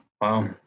Wow